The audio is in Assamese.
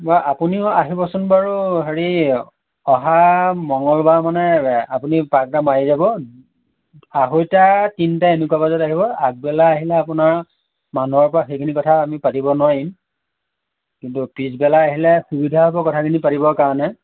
বা আপুনিও আহিবচোন বাৰু হেৰি অহা মংগলবাৰ মানে আপুনি পাক এটা মাৰি যাব আঢ়ৈটা তিনিটা এনেকুৱা বজাত আহিব আগবেলা আহিলে আপোনাৰ মানুহৰপৰা সেইখিনি কথা আমি পাতিব নোৱাৰিম কিন্তু পিছবেলা আহিলে সুবিধা হ'ব কথাখিনি পাতিবৰ কাৰণে